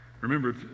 remember